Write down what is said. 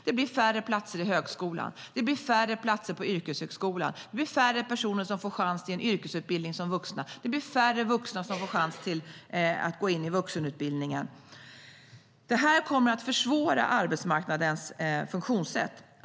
Det blir färre platser i högskolan och färre platser på yrkeshögskolan, vilket innebär färre personer som får chans till en yrkesutbildning som vuxna och färre vuxna som får chans att gå in i vuxenutbildningen. Detta kommer att försvåra arbetsmarknadens funktionssätt.